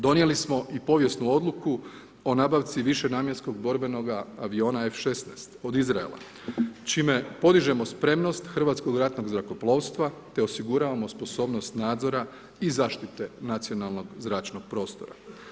Donijeli smo i povijesnu odluku o nabavci višenamjenskog borbenoga aviona F-16 od Izraela čime podižemo spremnost Hrvatskog ratnog zrakoplovstva te osiguravamo sposobnost nadzora i zaštite nacionalnog zračnog prostora.